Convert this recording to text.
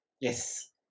Yes